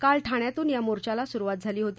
काल ठाण्यातून या मोर्चाला सुरुवात झाली होती